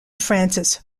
francis